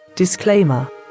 disclaimer